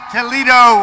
Toledo